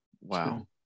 wow